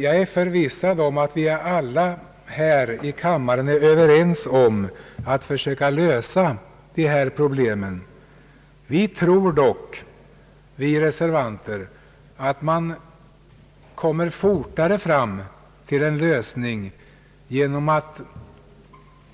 Jag är förvissad om att vi här i kammaren är överens om att försöka lösa dessa problem. Vi reservanter tror dock att man kommer fortare fram till en lösning genom att